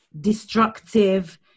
destructive